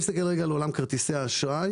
בעולם כרטיסי האשראי